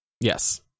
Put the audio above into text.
Yes